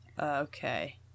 Okay